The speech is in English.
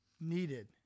needed